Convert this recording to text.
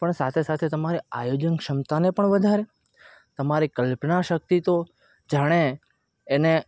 પણ સાથે સાથે તમારે આયોજન ક્ષમતાને પણ વધારે તમારી કલ્પના શક્તિ તો જાણે એને